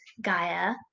Gaia